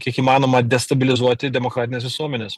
kiek įmanoma destabilizuoti demokratines visuomenes